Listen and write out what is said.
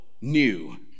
new